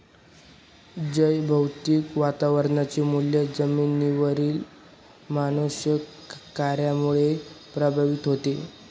जैवभौतिक वातावरणाचे मूल्य जमिनीवरील मानववंशीय कार्यामुळे प्रभावित होते